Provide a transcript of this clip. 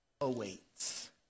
awaits